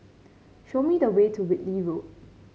show me the way to Whitley Road